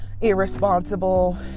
irresponsible